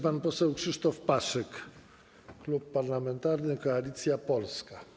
Pan poseł Krzysztof Paszyk, Klub Parlamentarny Koalicja Polska.